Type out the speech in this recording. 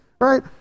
right